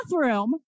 bathroom